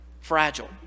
fragile